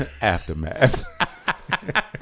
Aftermath